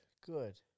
good